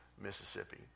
Mississippi